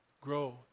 grow